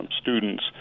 students